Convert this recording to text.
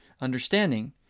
understanding